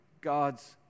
God's